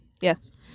yes